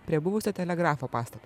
prie buvusio telegrafo pastato